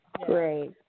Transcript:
Great